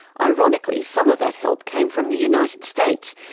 ironically, some of that help came from the united states,